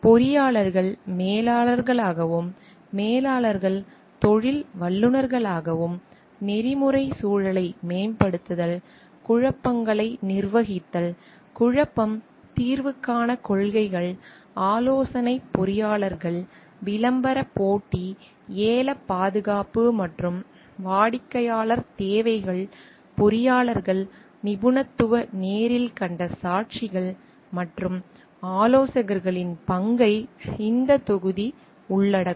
பொறியாளர்கள் மேலாளர்களாகவும் மேலாளர்கள் தொழில் வல்லுநர்களாகவும் நெறிமுறை சூழலை மேம்படுத்துதல் குழப்பங்களை நிர்வகித்தல் குழப்பம் தீர்வுக்கான கொள்கைகள் ஆலோசனைப் பொறியாளர்கள் விளம்பரப் போட்டி ஏலப் பாதுகாப்பு மற்றும் வாடிக்கையாளர் தேவைகள் பொறியாளர்கள் நிபுணத்துவ நேரில் கண்ட சாட்சிகள் மற்றும் ஆலோசகர்களின் பங்கை இந்த தொகுதி உள்ளடக்கும்